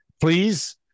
please